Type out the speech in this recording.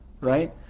right